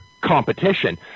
competition